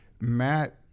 Matt